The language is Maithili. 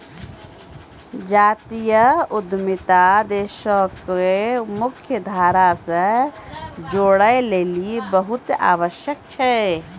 जातीय उद्यमिता देशो के मुख्य धारा से जोड़ै लेली बहुते आवश्यक छै